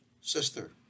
sister